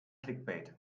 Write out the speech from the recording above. clickbait